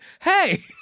Hey